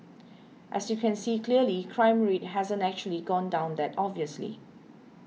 as you can see clearly crime rate hasn't actually gone down that obviously